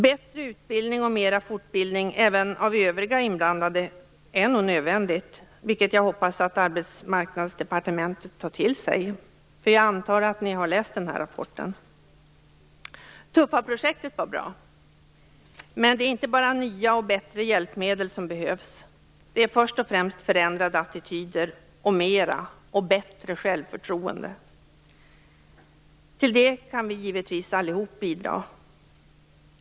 Bättre utbildning och mera fortbildning av även övriga inblandade är nödvändig, vilket jag hoppas att Arbetsmarknadsdepartementet tar till sig. Jag antar att ni har läst rapporten. Tuffaprojektet var bra. Men det är inte bara nya och bättre hjälpmedel som behövs utan först och främst förändrade attityder samt mera och bättre självförtroende. Till det kan vi givetvis alla bidra.